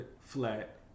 flat